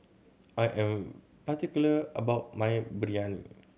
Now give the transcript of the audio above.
I am particular about my Biryani